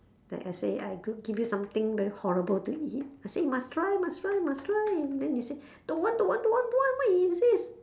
like I say I go give you something very horrible to eat I say must try must try must try then you say don't want don't want don't want why you insist